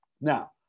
Now